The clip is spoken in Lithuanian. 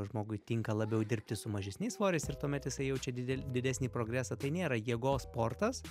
žmogui tinka labiau dirbti su mažesniais svoriais ir tuomet jisai jaučia didel didesnį progresą tai nėra jėgos sportas